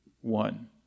one